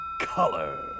color